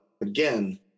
again